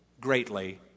greatly